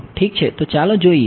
ઠીક છે તો ચાલો જોઈએ